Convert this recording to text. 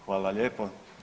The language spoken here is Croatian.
Hvala lijepo.